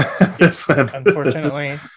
Unfortunately